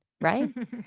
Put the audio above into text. right